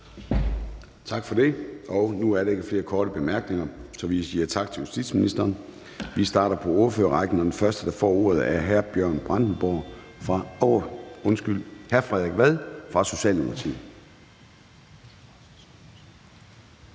Tak for det. Nu er der ikke flere korte bemærkninger, så vi siger tak til justitsministeren. Vi starter på ordførerrækken, og den første, der får ordet, er hr. Frederik Vad fra Socialdemokratiet.